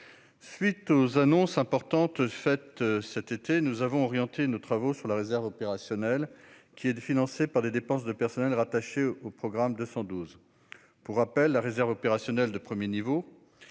suite des annonces importantes faites cet été, nous avons orienté nos travaux sur la réserve opérationnelle, qui est financée par des dépenses de personnel rattachées au programme 212. Pour rappel, la réserve opérationnelle de premier niveau